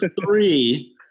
three